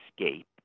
escape